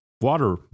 water